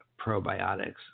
probiotics